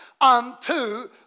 unto